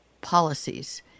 policies